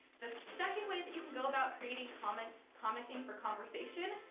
the second way that you can go about creating comments, commenting for conversation,